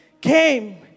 came